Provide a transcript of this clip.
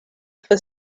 for